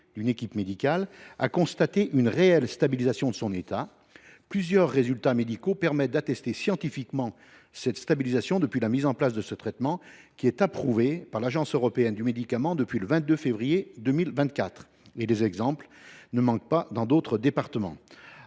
d’une équipe médicale, a constaté une réelle stabilisation de son état. Plusieurs résultats médicaux permettent de démontrer scientifiquement cette stabilisation depuis la mise en place de ce traitement, qui est approuvé par l’Agence européenne des médicaments depuis le 22 février 2024. Et les exemples ne manquent pas dans d’autres départements…